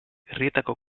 herrietako